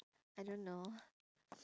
I don't know